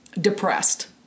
Depressed